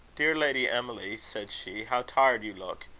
dear lady emily, said she, how tired you look!